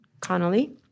Connolly